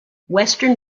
western